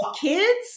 kids